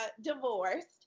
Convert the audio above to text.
divorced